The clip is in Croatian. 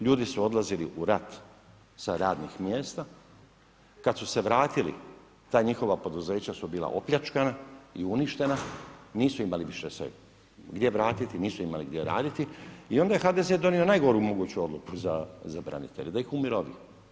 Ljudi su odlazili u rat sa radnih mjesta, kad su se vratili, ta njihova poduzeća su bila opljačkana i uništena, nisu imali više se gdje vratiti, nisu imali gdje raditi i onda je HDZ- donio najgoru moguću odluku za branitelje da ih umirovi.